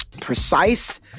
precise